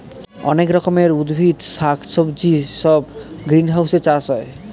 অনেক রকমের উদ্ভিদ শাক সবজি সব গ্রিনহাউসে চাষ হয়